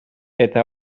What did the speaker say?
eta